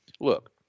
look